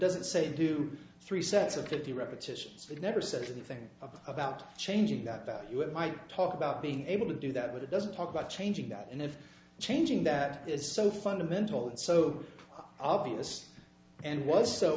doesn't say do three sets of fifty repetitions but never said anything about changing that value it might talk about being able to do that with it doesn't talk about changing that and if changing that is so fundamental and so obvious and was so